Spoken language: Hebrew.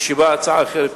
כשבאה הצעה אחרת,